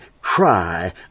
cry